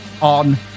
on